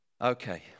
Okay